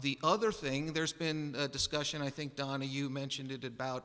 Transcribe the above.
the other thing there's been discussion i think dani you mentioned it about